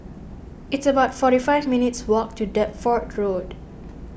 it's about forty five minutes' walk to Deptford Road